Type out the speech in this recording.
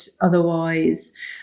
otherwise